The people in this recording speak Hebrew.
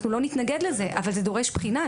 אנחנו לא נתנגד לזה, אבל זה דורש בחינה.